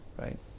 Right